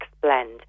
Blend